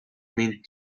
meant